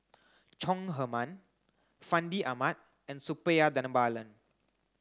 Chong Heman Fandi Ahmad and Suppiah Dhanabalan